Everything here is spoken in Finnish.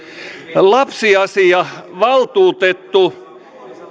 lapsiasiavaltuutettu